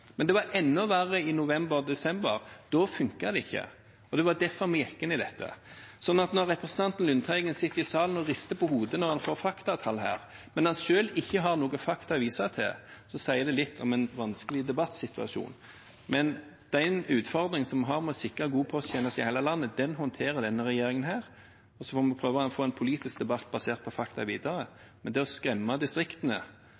Men det var enda verre i november–desember, da fungerte det ikke, og det var derfor vi gikk inn i dette. Så når representanten Lundteigen sitter i salen og rister på hodet når han får faktatall her, men selv ikke har noen fakta å vise til, sier det litt om en vanskelig debattsituasjon. Den utfordringen som vi har med å sikre en god posttjeneste i hele landet, den håndterer denne regjeringen. Videre får vi prøve å få en politisk debatt basert på fakta.